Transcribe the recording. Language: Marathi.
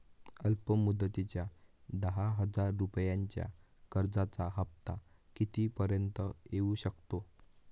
अल्प मुदतीच्या दहा हजार रुपयांच्या कर्जाचा हफ्ता किती पर्यंत येवू शकतो?